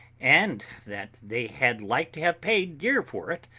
and that they had like to have paid dear for it,